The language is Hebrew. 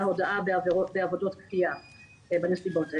הודאה בעבודות כפייה בנסיבות האלה.